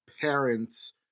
parents